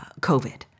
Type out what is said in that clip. COVID